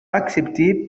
acceptés